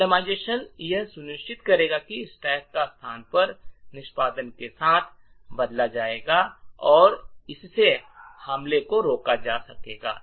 randomisation यह सुनिश्चित करेगा कि स्टैक का स्थान हर निष्पादन के साथ बदल जाएगा और इससे हमले को रोका जा सकेगा